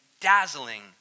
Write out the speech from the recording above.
dazzling